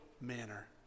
manner